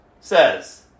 says